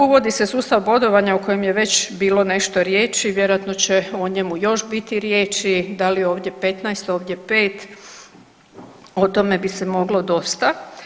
Uvodi se sustav bodovanja o kojem je već bilo nešto riječi, vjerojatno će još o njemu biti riječi, da li ovdje 15 ovdje 5 o tome bi se moglo dosta.